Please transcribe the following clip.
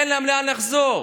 אין להם לאן לחזור,